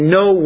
no